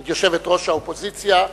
את יושבת-ראש האופוזיציה,